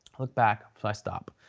look back, so i stop.